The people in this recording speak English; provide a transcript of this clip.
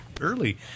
early